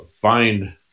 find